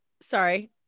Sorry